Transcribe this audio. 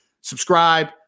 subscribe